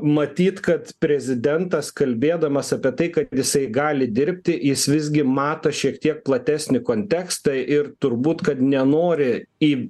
matyt kad prezidentas kalbėdamas apie tai kad jisai gali dirbti jis visgi mato šiek tiek platesnį kontekstą ir turbūt kad nenori į